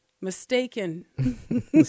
mistaken